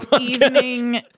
Evening